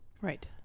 Right